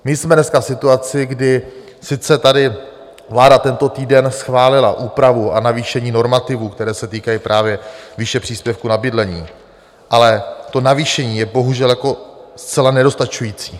My jsme dneska v situaci, kdy sice tady vláda tento týden schválila úpravu a navýšení normativů, které se týkají právě výše příspěvků na bydlení, ale to navýšení je bohužel zcela nedostačující.